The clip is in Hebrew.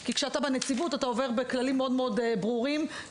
כי כשאתה בנציבות אתה עובר בכללים מאוד-מאוד ברורים,